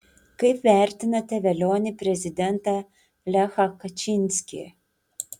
kaip vertinate velionį prezidentą lechą kačinskį